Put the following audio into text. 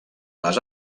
les